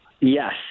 Yes